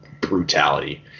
brutality